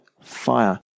fire